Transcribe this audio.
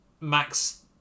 Max